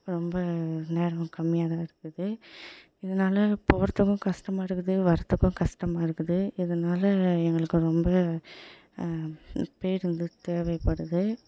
ரொம்ப நேரம் கம்மியாக தான் இருக்குது இதனால போகிறதுக்கும் கஷ்டமா இருக்குது வரத்துக்கும் கஷ்டமா இருக்குது இதனால எங்களுக்கு ரொம்ப பேருந்து தேவைப்படுது